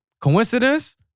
Coincidence